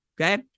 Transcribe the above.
okay